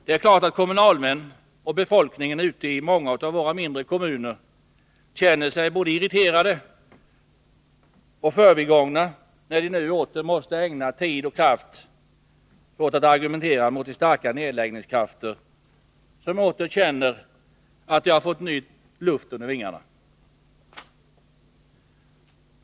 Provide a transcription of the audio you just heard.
Det är klart att kommunalmän och befolkning ute i många av våra mindre kommuner känner sig både irriterade och förbigångna, när de nu åter måste ägna tid åt att argumentera mot de starka nedläggningskrafter som känner att de har fått luft under vingarna.